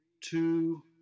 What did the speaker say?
two